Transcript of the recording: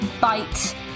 bite